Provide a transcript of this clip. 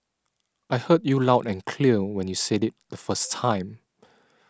I heard you loud and clear when you said it the first time